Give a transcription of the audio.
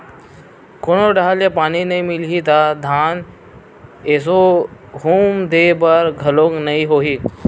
कोनो डहर ले पानी नइ मिलही त धान एसो हुम दे बर घलोक नइ होही